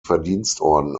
verdienstorden